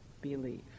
believe